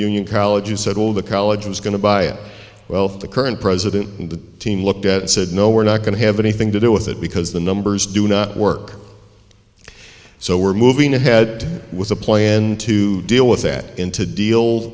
union college you said all of the college was going to buy it well if the current president and the team looked at it said no we're not going to have anything to do with it because the numbers do not work so we're moving ahead with a plan to deal with that and to deal